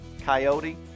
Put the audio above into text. coyote